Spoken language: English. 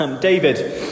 David